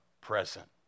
present